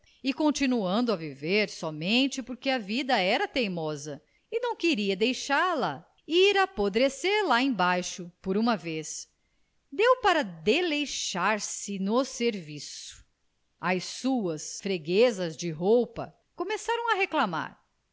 e continuando a viver somente porque a vida era teimosa e não queria deixá-la ir apodrecer lá embaixo por uma vez deu para desleixar se no serviço as suas freguesas de roupa começaram a reclamar